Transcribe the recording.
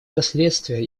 последствия